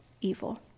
evil